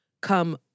come